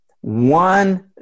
one